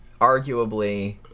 arguably